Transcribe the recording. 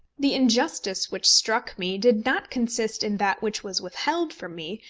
the injustice which struck me did not consist in that which was withheld from me,